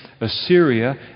Assyria